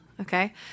okay